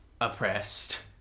oppressed